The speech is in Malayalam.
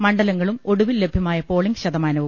മണ്ഡലങ്ങളും ഒടുവിൽ ലഭ്യമായ പോളിങ് ശതമാനവും